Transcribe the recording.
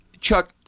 Chuck